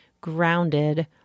grounded